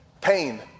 pain